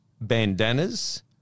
bandanas